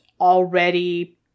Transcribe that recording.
already